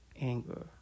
anger